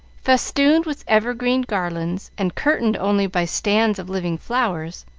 festooned with evergreen garlands, and curtained only by stands of living flowers.